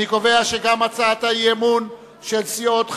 6. אני קובע שגם הצעת האי-אמון של סיעות חד"ש,